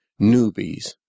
Newbies